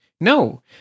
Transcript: No